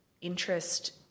interest